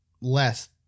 less